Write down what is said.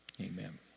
amen